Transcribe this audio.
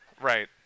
Right